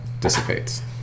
dissipates